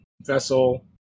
Vessel